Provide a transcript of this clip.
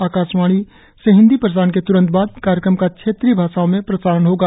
आकाशवाणी से हिंदी प्रसारण के त्रंत बाद इस कार्यक्रम का क्षेत्रीय भाषाओं में प्रसारण होगा